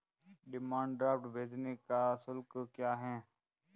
Demand draft भेजने का शुल्क क्या है?